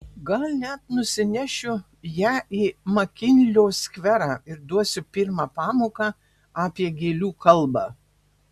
gal net nusinešiu ją į makinlio skverą ir duosiu pirmą pamoką apie gėlių kalbą